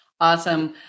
Awesome